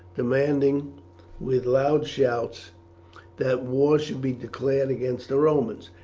demanding with loud shouts that war should be declared against the romans.